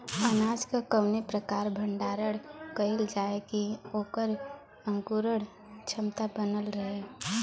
अनाज क कवने प्रकार भण्डारण कइल जाय कि वोकर अंकुरण क्षमता बनल रहे?